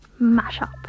mashup